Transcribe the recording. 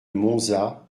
monza